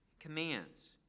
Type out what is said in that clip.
commands